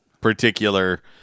particular